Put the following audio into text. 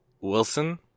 Wilson –